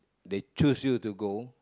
they choose you to go